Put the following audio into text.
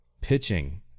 Pitching